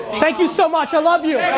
thank you so much. i love you!